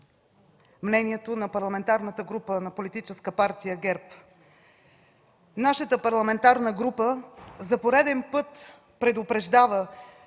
мнението на Парламентарната група на Политическа партия ГЕРБ. Нашата парламентарна група за пореден път предупреждава,